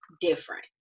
different